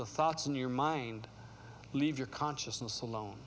the thoughts in your mind leave your consciousness alone